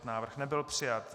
Návrh nebyl přijat.